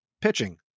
pitching